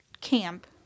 camp